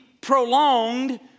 prolonged